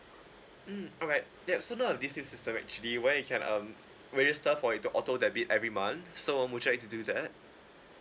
mm alright yeah so now we've this new system actually where you can um register for it to auto debit every month so um would you like to do that